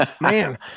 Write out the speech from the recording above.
Man